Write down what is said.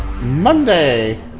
Monday